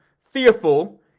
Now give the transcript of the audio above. fearful